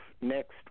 next